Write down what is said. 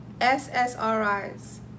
ssri's